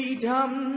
Freedom